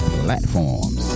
platforms